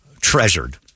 treasured